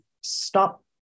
stop